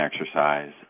exercise